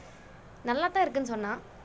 நல்ல தான் இருக்கு சொன்னான்:nalla thaan irukku sonnaan